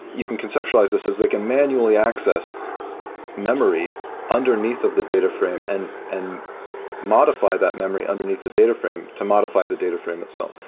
you can conceptualize this as they can manually access memory underneath of the data frame and and modify that memory underneath the data frame to modify the data frame itself.